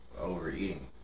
overeating